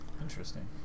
Interesting